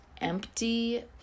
empty